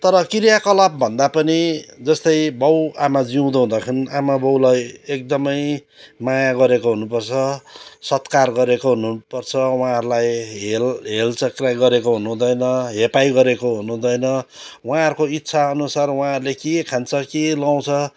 तर क्रियाकलाप भन्दा पनि जस्तै बाबुआमा जिउँदो हुँदाखेरि आमाबाबुलाई एकदमै माया गरेको हुनुपर्छ सत्कार गरेको हुनुपर्छ उहाँहरूलाई हेल हेल्चेक्र्याइँ गरेको हुनुहुँदैन हेपाइ गरेको हुनुहुँदैन उहाँहरूको इच्छाअनुसार उहाँहरूले के खान्छ के लाउँछ